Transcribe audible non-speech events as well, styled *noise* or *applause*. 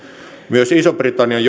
myös ison britannian *unintelligible*